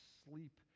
sleep